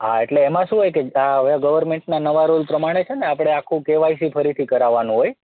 હા એટલે એમાં શું હોય કે હા હવે ગવર્ન્મેન્ટના નવા રૂલ પ્રમાણે છે ને આપણે આખું કેવાયસી ફરીથી કરાવવાનું હોય